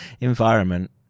environment